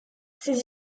ses